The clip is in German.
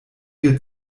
wir